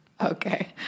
Okay